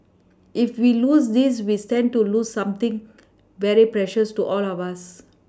if we lose this we stand to lose something very precious to all of us